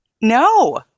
No